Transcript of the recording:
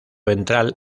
ventral